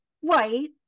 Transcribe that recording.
white